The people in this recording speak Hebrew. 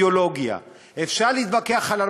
אפשר להתווכח על אידיאולוגיה,